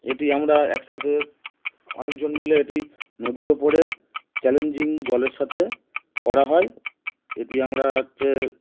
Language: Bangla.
এটি আমরা একসাথে অনেকজন মিলে এটি নদীর ওপরে চ্যালেঞ্জিং জলের সাথে করা হয় এটি আমরা হচ্ছে